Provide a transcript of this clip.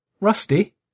Rusty